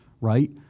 right